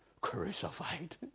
crucified